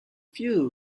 few